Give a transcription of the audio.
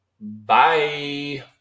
Bye